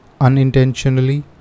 unintentionally